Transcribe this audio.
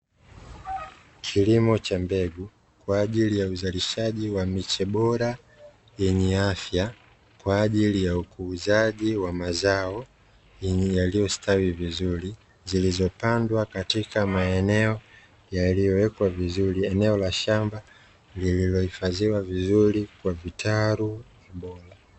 Kilimo cha mbegu kwa ajili ya uzalishaji wq miche bora yenye afya kwa ajili ya ukuzaji wa mazao yaliyostawi vizuri. Zilizopandwa katika maeneo yaliyowekwa vizuri. Eneo la shamba lililohifadhiwa vizuri kwa vitalu bora.